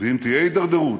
ואם תהיה הידרדרות